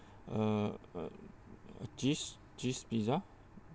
a a a cheese cheese pizza